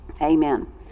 amen